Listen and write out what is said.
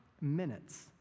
minutes